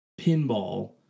pinball